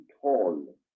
tall